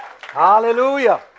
Hallelujah